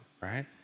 right